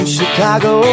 Chicago